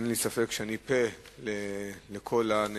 אין לי ספק שאני פה לכל הנהנים